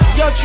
yo